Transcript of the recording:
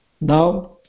Now